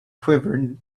quivered